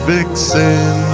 Vixen